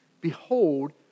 behold